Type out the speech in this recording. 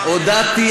הודיתי.